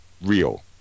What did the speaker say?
real